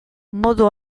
modu